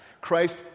Christ